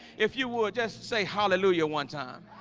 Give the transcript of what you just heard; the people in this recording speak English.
if you would just say hallelujah one time